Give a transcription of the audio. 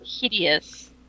hideous